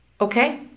Okay